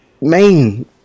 main